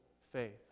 faith